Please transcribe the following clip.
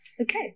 Okay